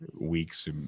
weeks